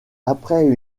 après